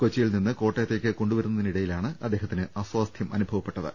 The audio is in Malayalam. കൊച്ചിയിൽ നിന്ന് കോട്ടയത്തേക്ക് കൊണ്ടു വരുന്നതിനിടയിലാണ് അദ്ദേഹത്തിന് അസ്വാസ്ഥ്യം അനുഭ വപ്പെട്ടത്